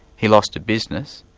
he lost a business,